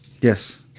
Yes